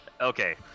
Okay